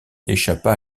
échappa